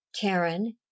Karen